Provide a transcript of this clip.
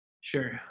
Sure